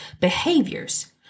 behaviors